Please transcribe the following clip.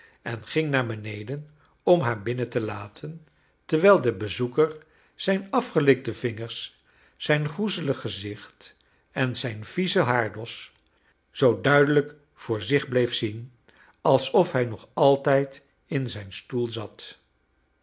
en ging naar beneden om haar binnen te laten terwijl de bezoeker zijn afgelikte vingers zijn groezelig gezicht en zijn viezen haardos zoo duidelijk voor zich bleef zien alsof hij nog altijd in zijn stoel zat